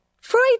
Freud